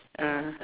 ah